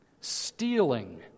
stealing